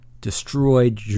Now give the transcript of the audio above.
destroyed